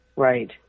Right